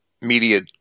Media